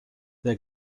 their